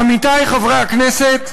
עמיתי, חברי הכנסת,